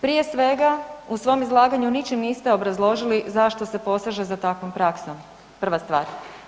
Prije svega, u svom izlaganju ničim niste obrazložili zašto se poseže za takvom praksom, prva stvar.